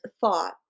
thought